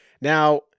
Now